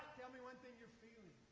tell me one thing you're feeling?